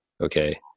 Okay